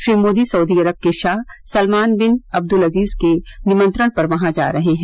Shri Modi Saudi Arab के Shah Salman bin Abdul Aziz के निमंत्रण पर वहां जा रहे हैं